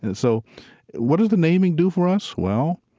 and so what does the naming do for us? well,